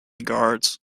guards